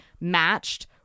matched